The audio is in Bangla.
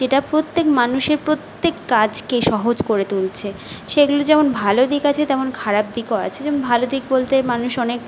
যেটা প্রত্যেক মানুষের প্রত্যেক কাজকে সহজ করে তুলছে সেগুলো যেমন ভালো দিক আছে তেমনই খারাপ দিকও আছে যেমন ভালো দিক বলতে মানুষ অনেক